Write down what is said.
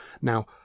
now